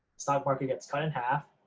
stock market gets cut in half,